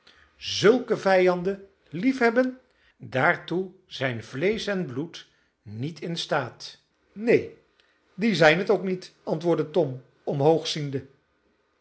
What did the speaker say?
zulke vijanden liefhebben daartoe zijn vleesch en bloed niet in staat neen die zijn het ook niet antwoordde tom omhoog ziende